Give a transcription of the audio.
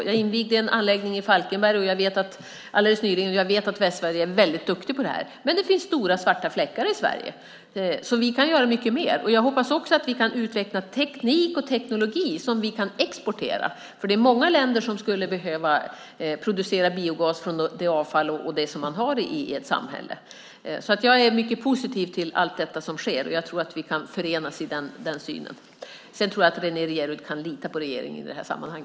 Jag invigde en anläggning i Falkenberg nyligen, och jag vet att man i Västsverige är mycket duktig på detta. Men det finns stora svarta fläckar i Sverige. Vi kan därför göra mycket mer. Jag hoppas också att vi kan utveckla teknik och teknologi som vi kan exportera. Det är nämligen många länder som skulle behöva producera biogas från sitt avfall och annat som man har i ett samhälle. Jag är därför mycket positiv till allt detta som sker, och jag tror att vi kan förenas i den synen. Sedan tror jag att Renée Jeryd kan lita på regeringen i detta sammanhang.